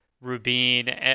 Rubin